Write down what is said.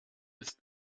ist